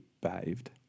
behaved